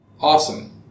Awesome